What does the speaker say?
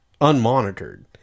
unmonitored